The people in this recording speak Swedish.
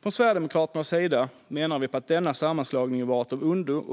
Från Sverigedemokraternas sida menar vi att denna sammanslagning varit av ondo.